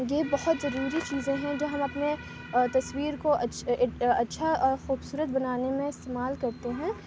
یہ بہت ضروری چیزیں ہیں جو ہم اپنے تصویر کو اچھا خوبصورت بنانے میں استعمال کرتے ہیں